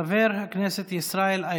חבר הכנסת ישראל אייכלר.